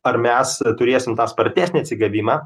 ar mes turėsim tą spartesnį atsigavimą